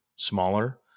smaller